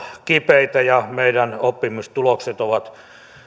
kipeitä ja meidän oppimistulokset ovat